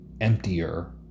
emptier